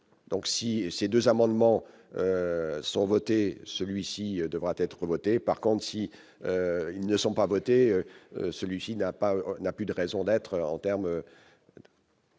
donc si ces 2 amendements sont votés, celui-ci devra-t-être votée par contre si ils ne sont pas voter, celui-ci n'a pas, n'a plus de raison d'être en terme.